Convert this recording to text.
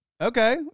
okay